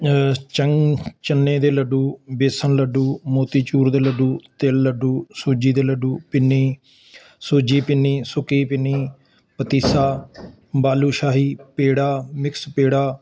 ਚ ਚਨੇ ਦੇ ਲੱਡੂ ਬੇਸਨ ਲੱਡੂ ਮੋਤੀਚੂਰ ਦੇ ਲੱਡੂ ਤਿਲ ਲੱਡੂ ਸੂਜੀ ਦੇ ਲੱਡੂ ਪਿੰਨੀ ਸੂਜੀ ਪਿੰਨੀ ਸੁਕੀ ਪਿੰਨੀ ਪਤੀਸਾ ਬਾਲੂ ਸ਼ਾਹੀ ਪੇੜਾ ਮਿਕਸ ਪੇੜਾ